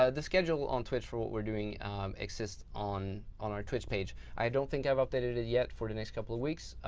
ah the schedule on twitch for what we're doing exist on on our twitch page. i don't think i've updated it it yet for the next couple of weeks,